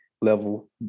level